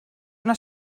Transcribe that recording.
una